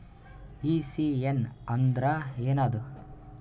ECS ಅಂದ್ರ ಏನದ?